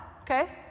okay